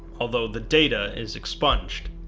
although the data is expunged.